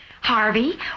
Harvey